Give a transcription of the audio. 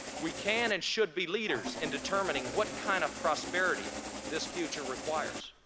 we can and should be leaders in determining what kind of prosperity this future requires.